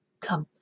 Come